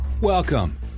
Welcome